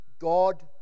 God